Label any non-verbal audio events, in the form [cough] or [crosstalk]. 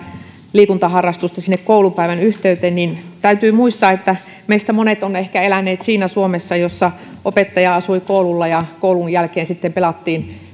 liikuntaharrastusta sinne koulupäivän yhteyteen täytyy muistaa että meistä monet ovat ehkä eläneet siinä suomessa jossa opettaja asui koululla ja koulun jälkeen sitten pelattiin [unintelligible]